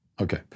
Okay